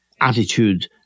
attitude